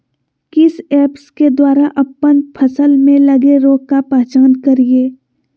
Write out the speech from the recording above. किस ऐप्स के द्वारा अप्पन फसल में लगे रोग का पहचान करिय?